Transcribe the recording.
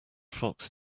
fox